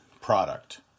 product